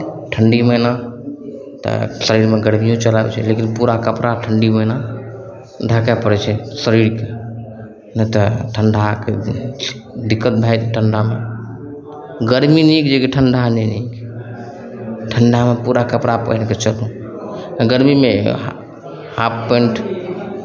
ठण्ढी महिना तऽ शरीरमे गर्मिओ चलि आबै लेकिन पूरा कपड़ा ठण्ढी महिना ढाकय पड़ै छै शरीरकेँ नहि तऽ ठण्ढा खसि गेलै दिक्कत भए जाइ छै ठण्ढामे गर्मी नीक जेकि ठण्ढा नहि नीक ठण्ढामे पूरा कपड़ा पहीर कऽ चलू आ गर्मीमे एगो हा हाफ पैन्ट